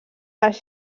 les